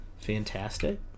fantastic